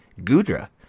gudra